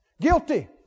guilty